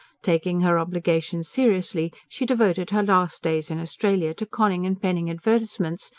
taking her obligations seriously, she devoted her last days in australia to conning and penning advertisements,